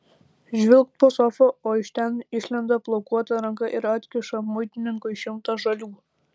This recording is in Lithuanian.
žvilgt po sofa o iš ten išlenda plaukuota ranka ir atkiša muitininkui šimtą žalių